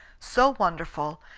so wonderful,